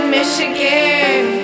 Michigan